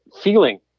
feeling